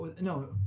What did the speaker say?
No